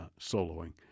soloing